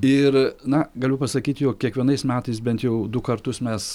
ir na galiu pasakyt jog kiekvienais metais bent jau du kartus mes